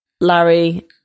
Larry